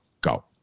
go